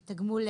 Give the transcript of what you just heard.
תגמול,